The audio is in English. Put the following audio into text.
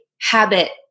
Habit